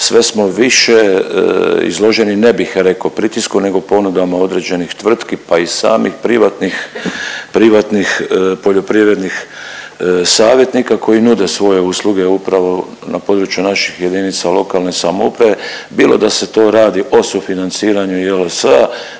sve smo više izloženi ne bih reko pritisku nego ponudama određenih tvrtki, pa i samih privatnih, privatnih poljoprivrednih savjetnika koji nude svoje usluge upravo na području naših JLS bilo da se tu radi o sufinanciranju JLS-a,